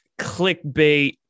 clickbait